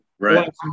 Right